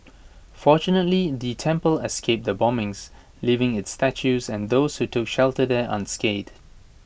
fortunately the temple escaped the bombings leaving its statues and those who took shelter there unscathed